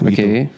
Okay